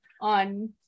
on